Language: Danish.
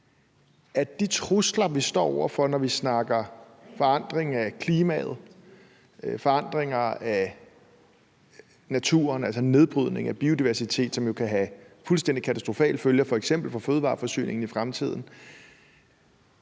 til de trusler, vi står over for, når vi snakker forandring af klimaet og forandringer af naturen, altså nedbrydning af biodiversitet, som jo kan have fuldstændig katastrofale følger, f.eks. for fødevareforsyningen i fremtiden,